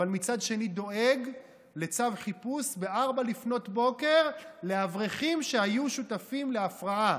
אבל מצד שני דואג לצו חיפוש ב-04:00 לאברכים שהיו שותפים להפרעה,